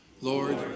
Lord